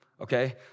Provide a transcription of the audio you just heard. okay